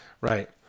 Right